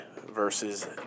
versus